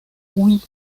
oui